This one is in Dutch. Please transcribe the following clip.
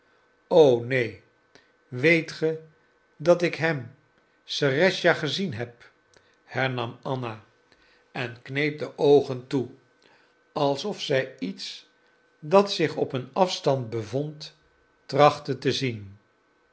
o neen weet ge dat ik hem serëscha gezien heb hernam anna en kneep de oogen toe alsof zij iets dat zich op een afstand bevond trachtte te zien